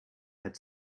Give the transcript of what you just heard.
had